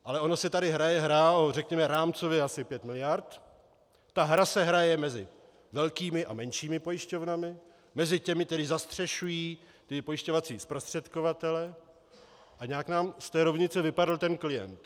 Ale ono se tady hrálo řekněme rámcově asi o 5 mld., ta hra se hraje mezi velkými a menšími pojišťovnami, mezi těmi, kteří zastřešují ty pojišťovací zprostředkovatele a nějak nám z té rovnice vypadl ten klient.